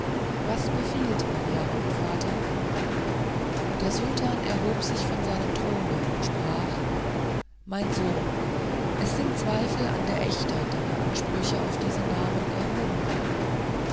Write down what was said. was befiehlt mein herr und vater der sultan erhob sich auf seinem throne und sprach mein sohn es sind zweifel an der echtheit deiner ansprüche auf diesen namen erhoben worden